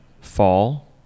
fall